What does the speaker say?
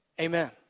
Amen